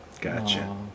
Gotcha